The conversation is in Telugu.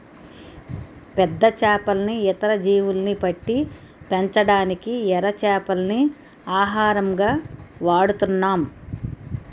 పెద్ద చేపల్ని, ఇతర జీవుల్ని పట్టి పెంచడానికి ఎర చేపల్ని ఆహారంగా వాడుతున్నాం